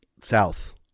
South